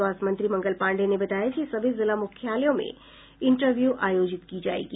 स्वास्थ्य मंत्री मंगल पांडेय ने बताया कि सभी जिला मुख्यालयों में इंटरव्यू आयोजित की जायेगी